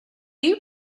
you